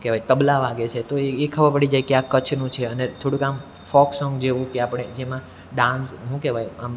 શું કહેવાય તબલા વાગે છે તો એ એ ખબર પડી જાય કે આ ક્ચ્છનું છે અને થોડુંક આમ ફોક સોંગ જેવું કે આપણે જેમાં ડાન્સ શું કહેવાય આમ